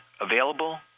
available